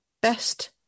Best